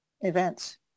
events